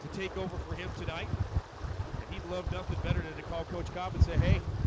to take over for him tonight and he'd love nothing better than to call coach cobb and say hey,